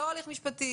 לא הליך משפטי,